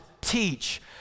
teach